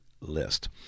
list